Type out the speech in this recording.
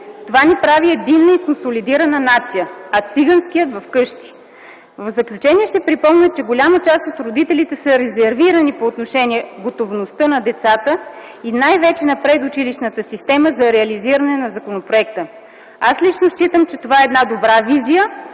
това ни прави единна и консолидирана нация, а циганският – вкъщи. В заключение ще припомня, че голяма част от родителите са резервирани по отношение готовността на децата и най-вече – на предучилищната система, за реализиране на законопроекта. Аз лично считам, че това е една добра визия